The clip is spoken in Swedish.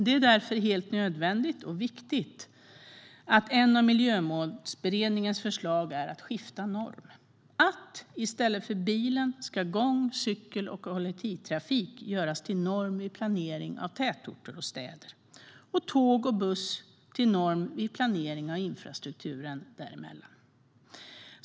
Det är därför helt nödvändigt och viktigt att ett av Miljömålsberedningens förslag är att skifta norm. I stället för bilen ska gång, cykel och kollektivtrafik göras till norm vid planering av tätorter och städer. Och tåg och buss ska göras till norm vid planering av infrastruktur däremellan.